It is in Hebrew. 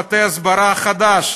הסברה חדש,